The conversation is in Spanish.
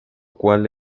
cual